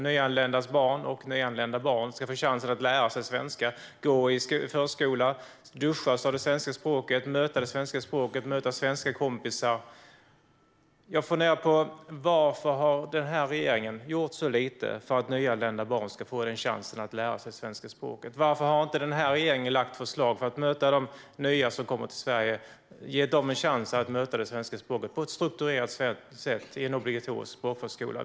Nyanländas barn och nyanlända barn ska få chansen att lära sig svenska, gå i förskola, duschas av det svenska språket, möta det svenska språket och möta svenska kompisar. Jag undrar: Varför har den här regeringen gjort så lite för att nyanlända barn ska få chansen att lära sig svenska språket? Varför har den här regeringen inte lagt förslag om att ge dem som kommer till Sverige en chans att möta det svenska språket på ett strukturerat sätt i en obligatorisk språkförskola?